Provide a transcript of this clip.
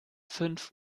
fünf